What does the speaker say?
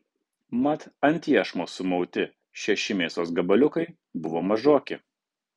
mat ant iešmo sumauti šeši mėsos gabaliukai buvo mažoki